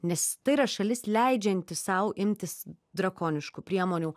nes tai yra šalis leidžianti sau imtis drakoniškų priemonių